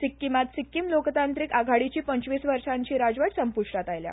सिक्कीमांत सिक्कीम लोकतांत्रीक आघाडीची पंचवीस वर्सांची राजवट संप्रश्टांत आयल्या